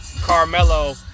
Carmelo